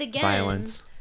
violence